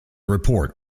report